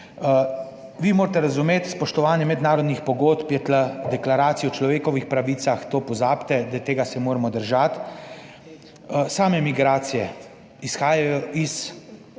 Vi morate razumeti spoštovanje mednarodnih pogodb. Je tu deklaracija o človekovih pravicah, to pozabite, da tega se moramo držati. Same migracije izhajajo iz,